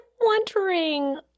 wondering